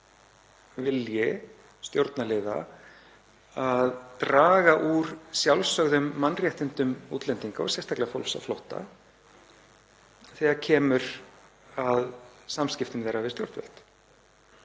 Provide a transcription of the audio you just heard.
til þess að draga úr sjálfsögðum mannréttindum útlendinga og sérstaklega fólks á flótta þegar kemur að samskiptum þess við stjórnvöld.